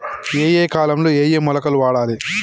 ఏయే కాలంలో ఏయే మొలకలు వాడాలి?